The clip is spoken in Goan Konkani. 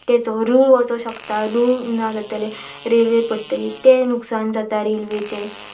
तेचो रूळ वचो शकता रूळ ना जातलें रेल्वे पडटली तें नुकसान जाता रेल्वेचें